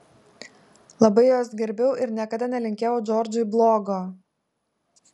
labai juos gerbiau ir niekada nelinkėjau džordžui blogo